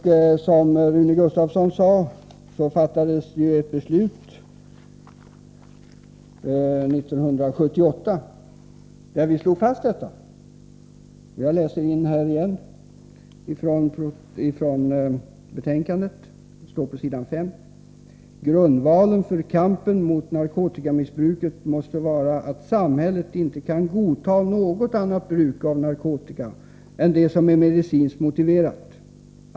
Som Rune Gustavsson sade fattades det ett beslut år 1978, där vi slog fast detta. På ”Grundvalen för kampen mot narkotikamissbruket måste vara att samhället inte kan godta något annat bruk av narkotika än det som är medicinskt motiverat.